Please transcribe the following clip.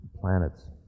planets